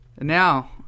Now